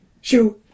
Shoot